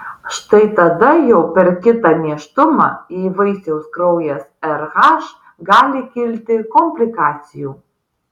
štai tada jau per kitą nėštumą jei vaisiaus kraujas rh gali kilti komplikacijų